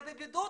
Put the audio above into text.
בבידוד,